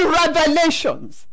revelations